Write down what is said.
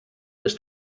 this